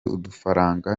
udufaranga